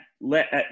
let